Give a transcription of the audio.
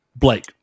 Blake